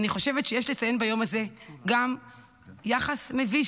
אני חושבת שיש לציין ביום הזה גם יחס מביש